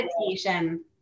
meditation